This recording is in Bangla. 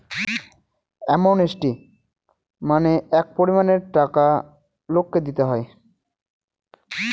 অ্যামনেস্টি মানে এক পরিমানের টাকা লোককে দিতে হয়